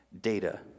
Data